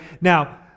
Now